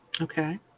Okay